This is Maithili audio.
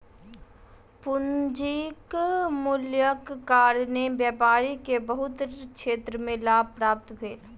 पूंजीक मूल्यक कारणेँ व्यापारी के बहुत क्षेत्र में लाभ प्राप्त भेल